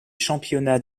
championnats